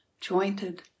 jointed